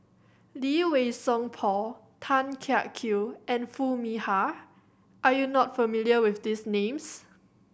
Lee Wei Song Paul Tan Kiak Kew and Foo Mee Har are you not familiar with these names